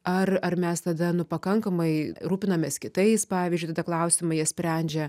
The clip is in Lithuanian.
ar ar mes tada nu pakankamai rūpinamės kitais pavyzdžiui tada klausimą jie sprendžia